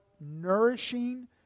nourishing